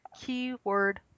keyword